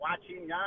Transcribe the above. watching